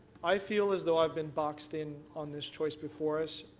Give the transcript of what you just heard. i feel as though i've been boxed in on this choice before us.